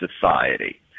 society